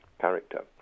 character